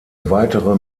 weitere